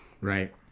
Right